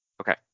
Okay